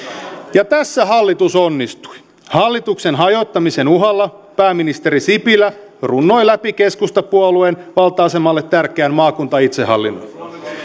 ja tässä hallitus onnistui hallituksen hajottamisen uhalla pääministeri sipilä runnoi läpi keskustapuolueen valta asemalle tärkeän maakuntaitsehallinnon